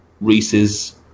Reese's